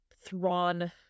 Thrawn